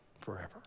forever